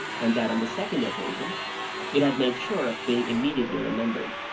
and that on the second occasion it had made sure of being immediately remembered.